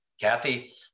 Kathy